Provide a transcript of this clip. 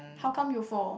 how come you fall